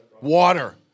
Water